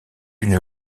une